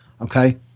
Okay